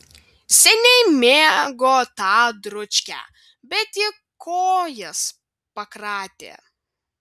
seniai mėgo tą dručkę bet ji kojas pakratė